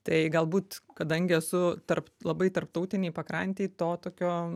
tai galbūt kadangi esu tarp labai tarptautinėj pakrantėj to tokio